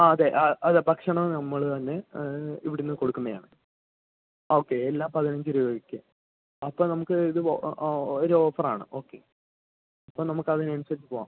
ആ അതെ അതെ ഭക്ഷണം നമ്മൾ തന്നെ ഇവിടുന്ന് കൊടുക്കുന്നതാണ് ഓക്കെ എല്ലാം പതിനഞ്ച് രൂപയ്ക്ക് അപ്പോൾ നമുക്ക് ഇത് ഓരോഫറാണ് ഓക്കെ അപ്പോൾ നമുക്കതിനനുസരിച്ച് പോവാം